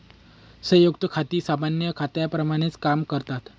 संयुक्त खाती सामान्य खात्यांप्रमाणेच काम करतात